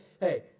hey